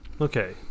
Okay